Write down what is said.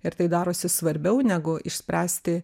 ir tai darosi svarbiau negu išspręsti